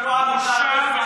בושה וחרפה.